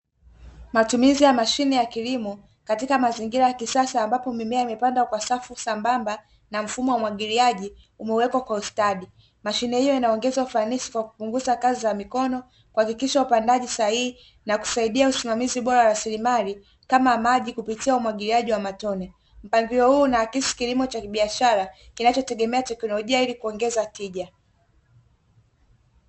Matumizi ya mashine ya kilimo katika mazingira ya kisasa, ambapo mimea imepandwa kwa safu sambamba na mfumo wa umwagiliaji umewekwa ustadi, mashine hiyo inaongeza ufanisi kwa kupunguza kazi ya mikono, kuhakikisha upandaji sahihi na kusaidia usimamizi bora wa rasilimali kama maji kupitia umwagiliaji wa matone. Mpangilio huu unaakisi kilimo cha biashara kinachotegema teknolojia ili kuongeza tija .